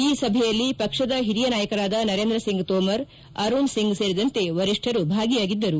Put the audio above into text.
ಈ ಸಭೆಯಲ್ಲಿ ಪಕ್ಷದ ಹಿರಿಯ ನಾಯಕರಾದ ನರೇಂದ್ರ ಸಿಂಗ್ ತೋಮರ್ ಅರುಣ್ ಸಿಂಗ್ ಸೇರಿದಂತೆ ವರಿಷ್ಠರು ಭಾಗಿಯಾಗಿದ್ದರು